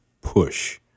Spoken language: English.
push